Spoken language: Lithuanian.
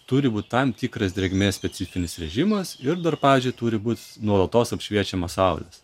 turi būti tam tikras drėgmės specifinis režimas ir dar pavyzdžiui turi būt nuolatos apšviečiama saulės